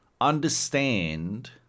...understand